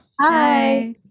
Hi